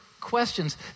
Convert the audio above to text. questions